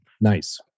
nice